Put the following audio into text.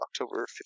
October